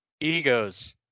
egos